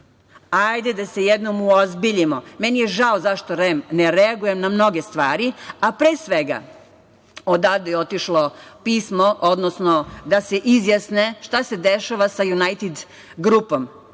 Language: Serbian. Hajde da se jednom uozbiljimo. Meni je žao zašto REM ne reaguje na mnoge stvari, a pre svega odavde je otišlo pismo da se izjasne šta se dešava sa „Junajted grupom“